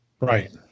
right